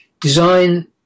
design